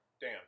Dan